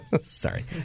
Sorry